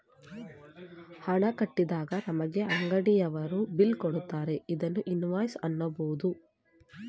ಹಣ ಕಟ್ಟಿದಾಗ ನಮಗೆ ಅಂಗಡಿಯವರು ಬಿಲ್ ಕೊಡುತ್ತಾರೆ ಇದನ್ನು ಇನ್ವಾಯ್ಸ್ ಅನ್ನಬೋದು